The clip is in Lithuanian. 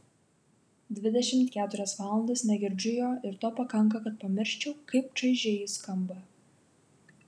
dvidešimt keturias valandas negirdžiu jo ir to pakanka kad pamirščiau kaip čaižiai jis skamba